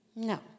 No